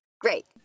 great